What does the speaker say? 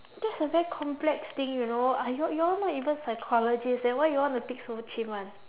that's a very complex thing you know ah y'all y'all not even psychologist then why y'all wanna pick so chim [one]